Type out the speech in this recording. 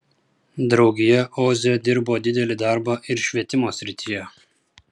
draugija oze dirbo didelį darbą ir švietimo srityje